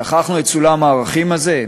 שכחנו את סולם הערכים הזה?